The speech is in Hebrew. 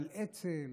מהאצ"ל